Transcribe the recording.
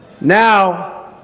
Now